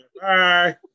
Bye